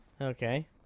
Okay